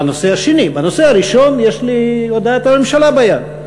בנושא השני, בנושא הראשון יש לי הודעת הממשלה ביד.